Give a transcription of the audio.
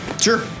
Sure